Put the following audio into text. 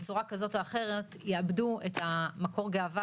שבצורה כזו או אחרת יאבדו את מקור הגאווה